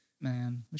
Man